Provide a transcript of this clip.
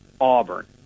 Auburn